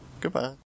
Goodbye